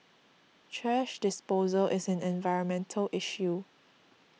thrash disposal is an environmental issue